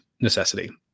necessity